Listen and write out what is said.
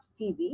tv